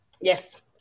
Yes